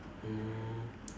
mm